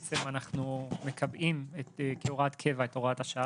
אנחנו בעצם מביאים כהוראת קבע את הוראת השעה